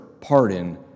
pardon